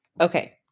Okay